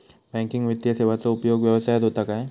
Banking वित्तीय सेवाचो उपयोग व्यवसायात होता काय?